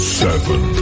seven